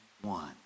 one